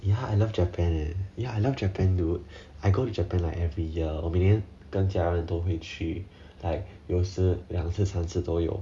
ya I love japan ya I love japan dude I go to japan like every year 我每年跟家人都会去 like 有时两次三次都有